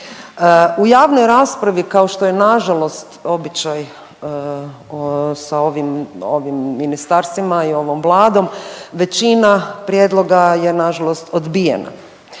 U javnoj raspravi kao što je nažalost običaj sa ovim, ovim ministarstvima i ovom vladom većina prijedloga je nažalost odbijena.